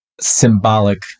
symbolic